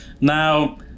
Now